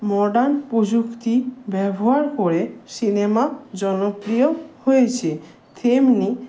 modern প্রযুক্তি ব্যবহার করে সিনেমা জনপ্রিয় হয়েছে তেমনি